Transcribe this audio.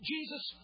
Jesus